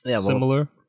Similar